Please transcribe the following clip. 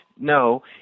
No